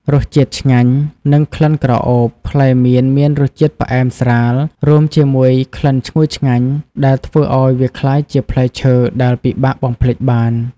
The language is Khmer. រសជាតិឆ្ងាញ់ និងក្លិនក្រអូប ផ្លែមៀនមានរសជាតិផ្អែមស្រាល រួមជាមួយក្លិនឈ្ងុយឆ្ងាញ់ដែលធ្វើឱ្យវាក្លាយជាផ្លែឈើដែលពិបាកបំភ្លេចបាន។